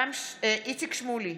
איציק שמולי,